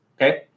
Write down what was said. Okay